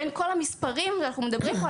בין כל המספרים שאנחנו מדברים פה,